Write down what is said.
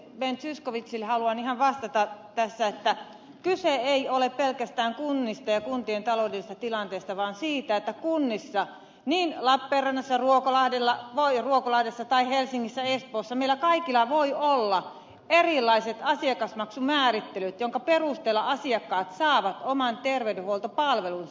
ben zyskowiczille haluan ihan vastata tässä että kyse ei ole pelkästään kunnista ja kuntien taloudellisesta tilanteesta vaan siitä että kunnissa niin lappeenrannassa ruokolahdella tai helsingissä espoossa meillä kaikilla voi olla erilaiset asiakasmaksumäärittelyt jonka perusteella asiakkaat saavat oman terveydenhuoltopalvelunsa